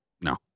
No